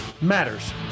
matters